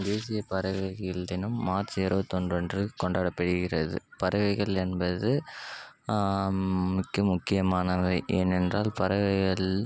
தேசிய பறவைகள் தினம் மார்ச் இருபத்தொன்று அன்று கொண்டாடப்படுகிறது பறவைகள் என்பது மிக முக்கியமானவை ஏனென்றால் பறவைகள்